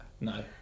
No